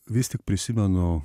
vis tik prisimenu